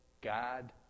God